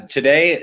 Today